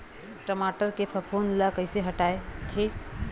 टमाटर के फफूंद ल कइसे हटाथे?